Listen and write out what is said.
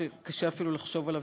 שקשה אפילו לחשוב עליו,